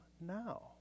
now